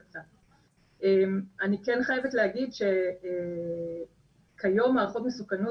אני כן חייבת להגיד שכיום הערכות מסוכנות